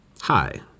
hi